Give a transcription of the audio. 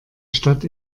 stadt